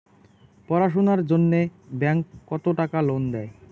পড়াশুনার জন্যে ব্যাংক কত টাকা লোন দেয়?